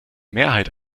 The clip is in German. mehrheit